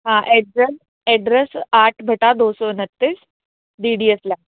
हा address address आठ बटा दो सौ उनतीस डीडीए फ्लैट